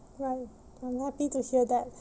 right I'm happy to hear that